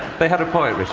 they have a point,